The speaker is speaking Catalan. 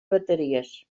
bateries